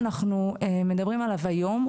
שאנחנו מדברים עליו היום,